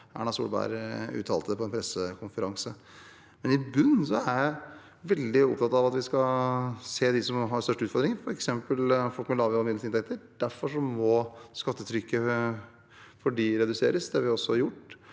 Erna Solberg uttalte på en pressekonferanse. I bunnen er jeg veldig opptatt av at vi skal se dem som har størst utfordringer, f.eks. folk med lave og middels inntekter. Derfor må skattetrykket for dem reduseres. Det har vi også gjort.